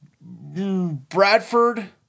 Bradford